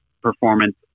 performance